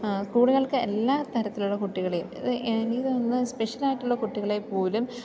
സ്കൂളുകൾക്ക് എല്ലാ തരത്തിലുള്ള കുട്ടികളെയും ഇത് എനിക്ക് തോന്നുന്നത് സ്പെഷ്യലായിട്ടുള്ള കുട്ടികളെ പോലും